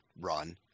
run